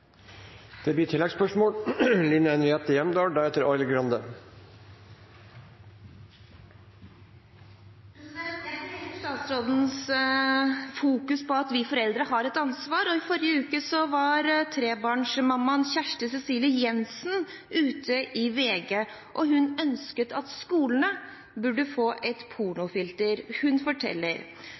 Det blir oppfølgingsspørsmål – først Line Henriette Hjemdal. Jeg deler statsrådens fokus på at vi foreldre har et ansvar. I forrige uke var trebarnsmammaen Kjersti Cecilie Jensen ute i VG, og hun ønsket at skolene burde få et pornofilter. Hun forteller: